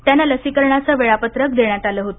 त्यांना लसीकरणाचे वेळापत्रक देण्यात आले होते